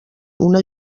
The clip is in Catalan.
una